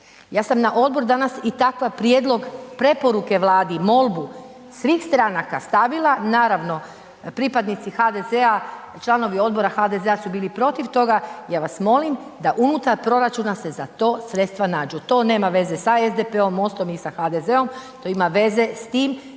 ja sam na odboru danas i takav prijedlog preporuke Vladi, molbu svih stranaka stavila, naravno, pripadnici HVZ-a, članovi odbora HVZ-a su bili protiv toga, ja vas molim da unutar proračuna se za to sredstva, to nema veze sa SDP-om, MOST-om ili HDZ-om, to ima veze s tim